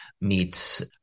meets